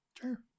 Sure